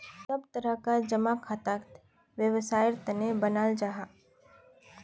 सब तरह कार जमा खाताक वैवसायेर तने बनाल जाहा